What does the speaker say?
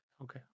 Okay